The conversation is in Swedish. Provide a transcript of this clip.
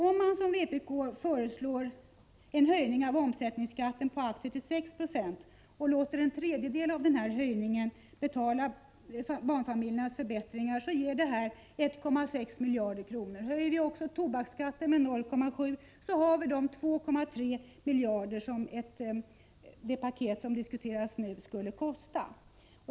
Om man, som vpk föreslår, höjer omsättningsskatten på aktier med 6 76 och låter en tredjedel av denna höjning betala förbättringarna för barnfamiljerna, innebär det att 1,6 miljarder kronor kan gå till barnfamiljerna. Om vi dessutom genom en höjning av tobaksskatten får 0,7 miljarder, har vi de 2,3 miljarder som det paket som nu diskuteras skulle kosta.